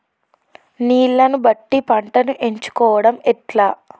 నీళ్లని బట్టి పంటను ఎంచుకోవడం ఎట్లా?